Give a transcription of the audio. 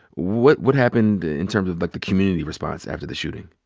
what what happened in terms of, like, the community response after the shooting?